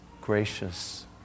gracious